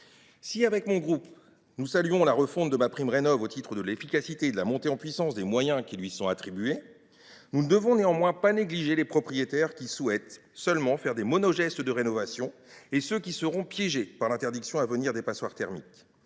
Si le groupe Union Centriste salue la refonte de MaPrimeRénov’ au titre de l’efficacité et de la montée en puissance des moyens qui lui sont attribués, il estime qu’il ne faudrait pas négliger les propriétaires qui souhaitent seulement faire des « monogestes » de rénovation ni ceux qui seront piégés par l’interdiction à venir des passoires thermiques.